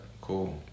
cool